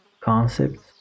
concepts